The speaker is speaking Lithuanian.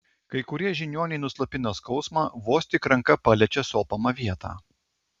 kai kurie žiniuoniai nuslopina skausmą vos tik ranka paliečia sopamą vietą